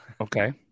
Okay